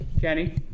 Kenny